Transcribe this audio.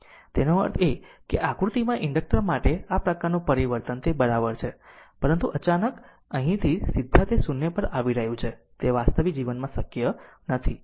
તેનો અર્થ એ કે આકૃતિમાં ઇન્ડક્ટર માટે આ પ્રકારનું પરિવર્તન તે બરાબર છે પરંતુ અચાનક અહીંથી સીધા તે 0 પર આવી રહ્યું છે તે વાસ્તવિક જીવનમાં શક્ય નથી